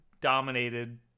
dominated